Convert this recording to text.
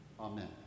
Amen